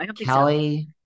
Kelly